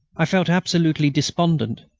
i felt absolutely despondent.